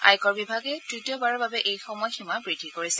আয়কৰ বিভাগে তৃতীয়বাৰৰ বাবে এই সময়সীমা বৃদ্ধি কৰিছে